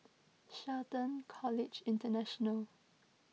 Shelton College International